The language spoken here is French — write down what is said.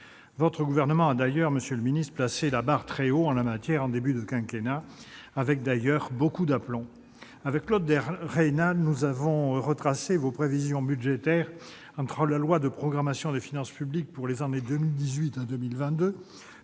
Votre gouvernement a d'ailleurs, monsieur le ministre, placé la barre très haut en la matière en début de quinquennat, avec beaucoup d'aplomb. Claude Raynal et moi-même avons retracé vos prévisions budgétaires, entre la loi de programmation des finances publiques pour les années 2018 à 2022,